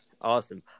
awesome